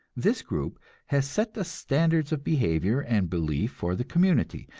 this group has set the standards of behavior and belief for the community,